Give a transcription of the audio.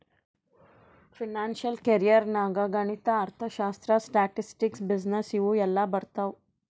financial career ನಾಗ್ ಗಣಿತ, ಅರ್ಥಶಾಸ್ತ್ರ, ಸ್ಟ್ಯಾಟಿಸ್ಟಿಕ್ಸ್, ಬಿಸಿನ್ನೆಸ್ ಇವು ಎಲ್ಲಾ ಬರ್ತಾವ್